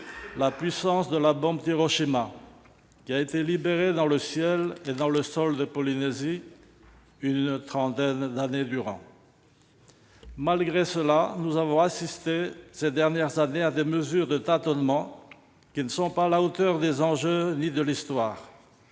la puissance de la bombe d'Hiroshima qui a été libérée dans le ciel et dans le sol de Polynésie durant une trentaine d'années. Malgré cela, nous avons assisté ces dernières années à des mesures de tâtonnement qui ne sont pas à la hauteur des enjeux ni de l'histoire.